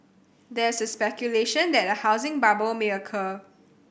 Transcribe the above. there is speculation that a housing bubble may occur